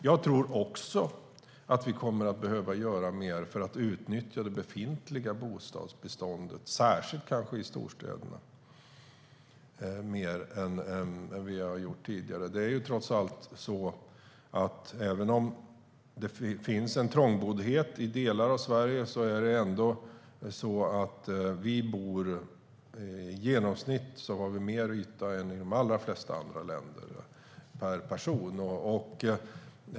Jag tror också att vi kommer att behöva göra mer för att utnyttja det befintliga bostadsbeståndet, kanske särskilt i storstäderna, mer än vi har gjort tidigare. Även om det finns en trångboddhet i delar av Sverige har vi i genomsnitt mer yta per person än man har i de allra flesta andra länder.